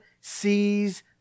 sees